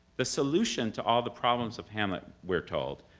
the solution to all the problems of hamlet, we're told,